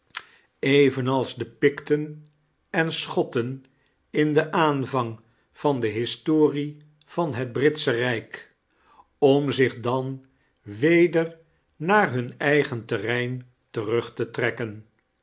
evenals de picten en schotten in den aanvang van de historie van het britsche rijk om zich dan weder naar hun eigen terrein terug te trekken